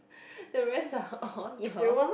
the rest are all your